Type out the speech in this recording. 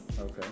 okay